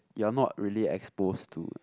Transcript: you're not really exposed to